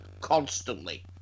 constantly